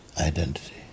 identity